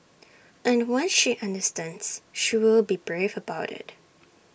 and one she understands she will be brave about IT